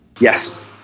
Yes